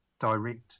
direct